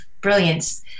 brilliance